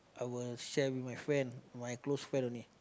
I will share with my friend my close friend only